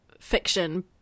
fiction